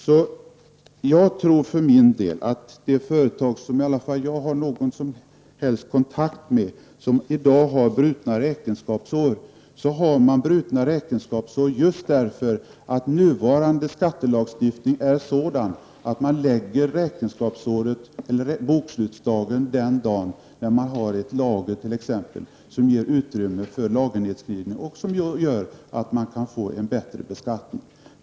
De företag som har brutet räkenskapsår, och som jag för min del har någon som helst kontakt med, har det just för att nuvarande skattelagstiftning är sådan att man lägger bokslutsdagen den dagen man har t.ex. ett lager som ger utrymme för lagernedskrivning, vilket gör att man får en bättre beskattning.